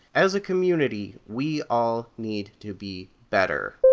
as a community, we all need to be better.